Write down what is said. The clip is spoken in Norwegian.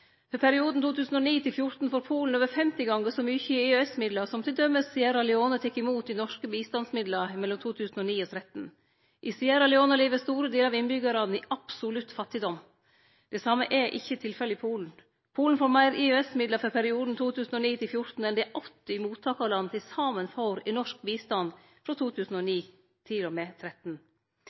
perioden 2009–2014 fekk Polen over 50 gonger så mykje i EØS-midlar som t.d. Sierra Leone tok i mot i norske bistandsmidlar mellom 2009 og 2013. I Sierra Leone lever store delar av innbyggjarane i absolutt fattigdom. Det same er ikkje tilfellet i Polen. Polen fekk meir i EØS-midlar for perioden 2009–2014 enn det 80 mottakarland til saman fekk i norsk bistand frå 2009